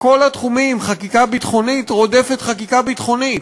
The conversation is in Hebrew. בכל התחומים חקיקה ביטחונית רודפת חקיקה ביטחונית.